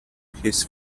his